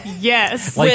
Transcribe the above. Yes